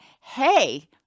hey